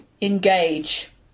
engage